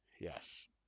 Yes